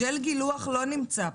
ג'ל גילוח לא נמצא כאן.